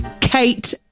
Kate